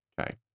Okay